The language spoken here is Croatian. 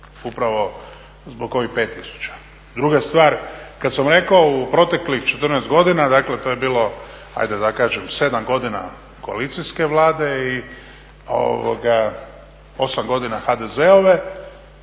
Upravo zbog ovih 5000. Druga stvar, kada sam rekao u proteklih 14 godina, dakle to je bilo, ajde da kažem 7 godina koalicijske Vlade i 8 godina HDZ-ove,